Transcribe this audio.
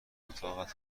اتاقت